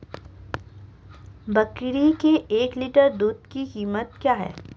बकरी के एक लीटर दूध की कीमत क्या है?